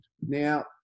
now